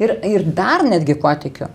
ir ir dar netgi kuo tikiu